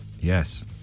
Yes